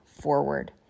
forward